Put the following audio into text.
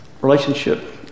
relationship